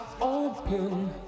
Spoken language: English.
open